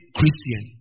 Christian